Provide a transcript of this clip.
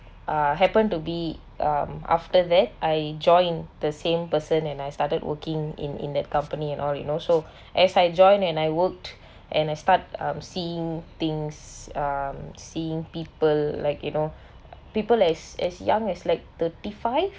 uh happen to be um after that I joined the same person and I started working in in that company and all you know so as I joined and I worked and I start um seeing things um seeing people like you know people as as young as like thirty five